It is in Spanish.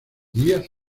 días